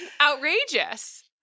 outrageous